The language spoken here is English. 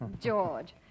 George